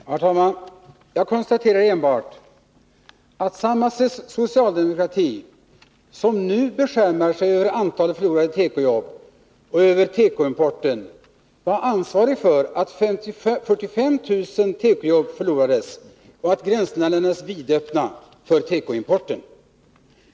Herr talman! Jag konstaterar enbart att samma socialdemokrati som nu beskärmar sig över antalet förlorade tekojobb och över tekoimporten var ansvarig för att 45 000 tekojobb förlorades och att gränserna lämnades vidöppna för tekoimporten.